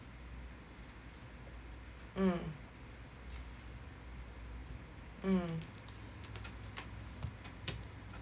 mm mm